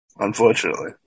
unfortunately